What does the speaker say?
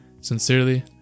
Sincerely